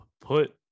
put